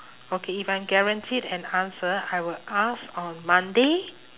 okay if I'm guaranteed an answer I will ask on monday